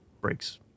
breaks